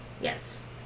Yes